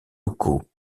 locaux